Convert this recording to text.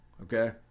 Okay